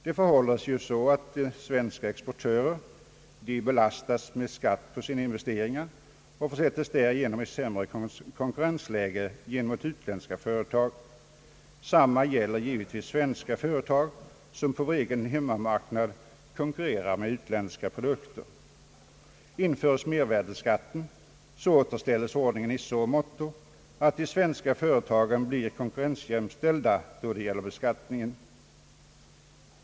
De svenska exportörerna belastas ju med skatt för sina investeringar och försättes därigenom i sämre konkurrensläge gentemot utländska företag. Detsamma gäller gi vetvis svenska företag som på hemmamarknaden konkurrerar med utländska produkter. Införes mervärdeskatten återställes ordningen i så måtto, att de svenska företagen blir konkurrensjämställda då det gäller beskattningen.